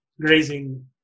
grazing